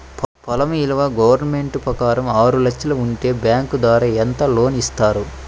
పొలం విలువ గవర్నమెంట్ ప్రకారం ఆరు లక్షలు ఉంటే బ్యాంకు ద్వారా ఎంత లోన్ ఇస్తారు?